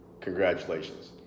congratulations